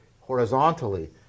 horizontally